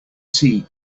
tea